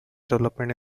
developments